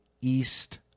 east